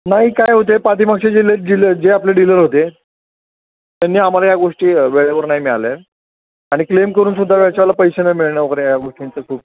नाही काय होते पाठीमागचे जिल्ह्यात जिल जे आपले डीलर होते त्यांनी आम्हाला या गोष्टी वेळेवर नाही मिळाले आहे आणि क्लेम करून सुद्धा वेळच्यावेळेला पैसे नाही मिळणं वगैरे या गोष्टींचं खूप